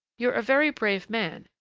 you're a very brave man,